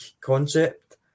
concept